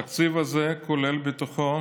התקציב הזה כולל בתוכו